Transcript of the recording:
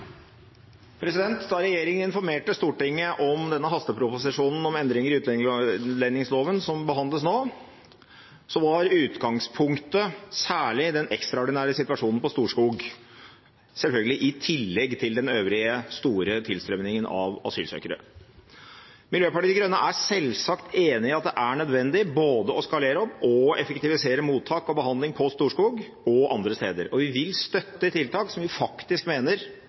ledd. Da regjeringen informerte Stortinget om denne hasteproposisjonen om endringer i utlendingsloven, som behandles nå, var utgangspunktet særlig den ekstraordinære situasjonen på Storskog, selvfølgelig i tillegg til den øvrige store tilstrømningen av asylsøkere. Miljøpartiet De Grønne er selvsagt enig i at det er nødvendig både å skalere opp og effektivisere mottak og behandling på Storskog og andre steder, og vi vil støtte tiltak som vi faktisk mener